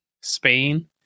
Spain